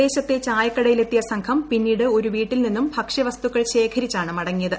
പ്രദേശത്തെ ചായകടയിലെത്തിയ സ്ഫം പിന്നീട് ഒരു വീട്ടിൽ നിന്നും ഭക്ഷ്യവസ്തുക്കൾ ശേഖരിച്ചാണ് മടങ്ങിയത്